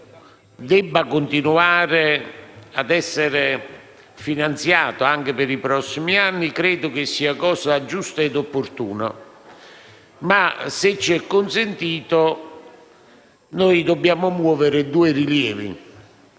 debba continuare a essere finanziato anche per i prossimi anni credo sia cosa giusta e opportuna, ma, se ci è consentito, dobbiamo muovere due rilievi.